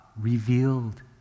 revealed